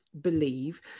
believe